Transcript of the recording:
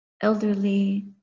elderly